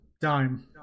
Dime